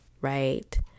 right